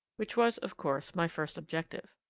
which was, of course, my first objective.